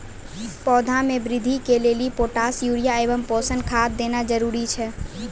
पौधा मे बृद्धि के लेली पोटास यूरिया एवं पोषण खाद देना जरूरी छै?